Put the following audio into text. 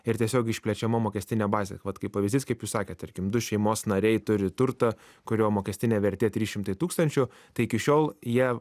ir tiesiog išplečiama mokestinė bazė vat kaip pavyzdys kaip jūs sakėt tarkim du šeimos nariai turi turtą kurio mokestinė vertė trys šimtai tūkstančių tai iki šiol jie